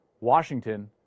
Washington